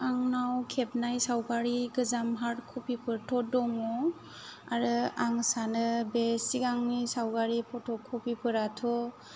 आंनाव खेबनाय सावगारि गोजाम हार्द कपि फोरथ' दङ आरो आं सानो बे सिगांनि सावगारि फट' कपि फोराथ'